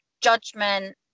judgment